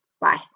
Bye